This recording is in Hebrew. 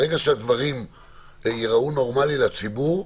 ברגע שהדברים ייראו נורמלי לציבור,